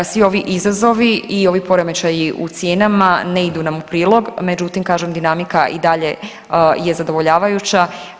Svi ovi izazovi i ovi poremećaji u cijenama ne idu nam u prilog, međutim kažem dinamika i dalje je zadovoljavajuća.